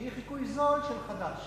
שהיא חיקוי זול של חד"ש.